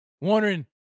Wondering